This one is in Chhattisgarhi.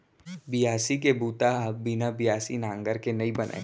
बियासी के बूता ह बिना बियासी नांगर के नइ बनय